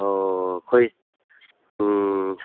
ꯑꯣ ꯑꯩꯈꯣꯏ ꯎꯝ